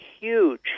huge